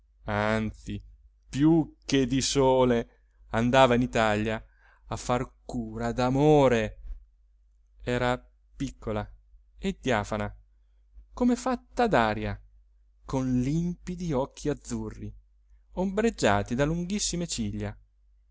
anzi più che di sole andava in italia a far cura d'amore era piccola e diafana come fatta d'aria con limpidi occhi azzurri ombreggiati da lunghissime ciglia